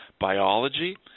biology